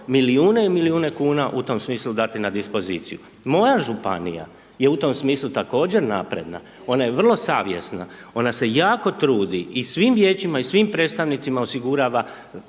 milijune i milijune kuna u tom smislu dati na dispoziciju. Moja županija je u tom smislu također napredna, ona je vrlo savjesna, ona se jako trudi i svim Vijećima, i svim predstavnicima osigurava